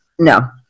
No